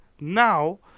now